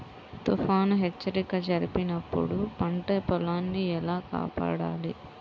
తుఫాను హెచ్చరిక జరిపినప్పుడు పంట పొలాన్ని ఎలా కాపాడాలి?